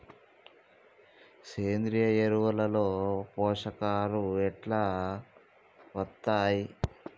సేంద్రీయ ఎరువుల లో పోషకాలు ఎట్లా వత్తయ్?